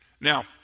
Now